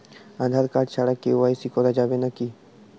Aadhaar card ছাড়া KYC করা যাবে কি না?